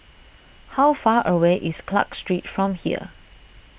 how far away is Clarke Street from here